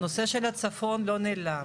הנושא של הצפון לא נעלם.